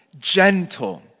gentle